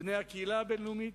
בני הקהילה הבין-לאומית,